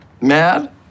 Mad